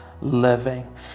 living